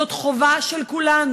לצערנו